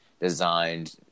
designed